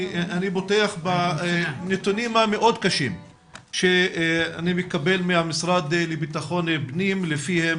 פותח בנתונים המאוד קשים שאני מקבל מהמשרד לביטחון פנים לפיהם